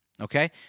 Okay